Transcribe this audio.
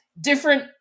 different